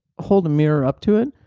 hold a mirror up to it,